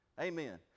amen